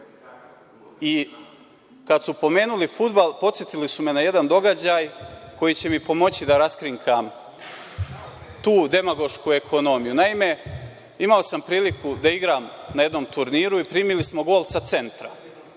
Kada su pomenuli fudbal, podsetili su me na jedan događaj koji će mi pomoći da raskrinkam tu demagošku ekonomiju. Naime, imao sam priliku da igram na jednom turniru i primili smo gol sa centra.